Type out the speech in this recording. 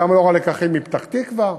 גם לאור הלקחים מפתח-תקווה,